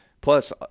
Plus –